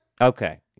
Okay